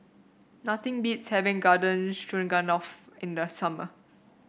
nothing beats having Garden Stroganoff in the summer